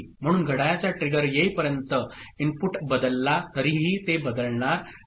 म्हणून घड्याळाचा ट्रिगर येईपर्यंत इनपुट बदलला तरीही ते बदलणार नाही